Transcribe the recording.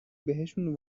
بهشون